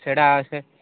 ସେଇଟା ସେ